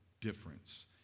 difference